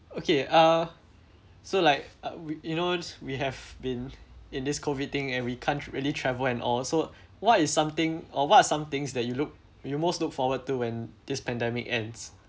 okay uh so like we you know we have been in this COVID thing and we can't really travel and all so what is something or what are some things that you look you most look forward to when this pandemic ends